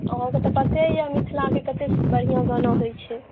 अहाँके तऽ पते यऽ मिथिलाके कते बढ़िऑं गाना होइ छै